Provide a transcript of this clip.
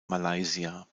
malaysia